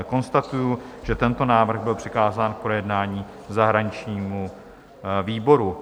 Konstatuji, že tento návrh byl přikázán k projednání zahraničnímu výboru.